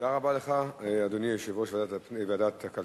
תודה רבה לך, אדוני יושב-ראש ועדת הכלכלה,